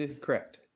Correct